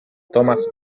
thomas